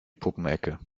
puppenecke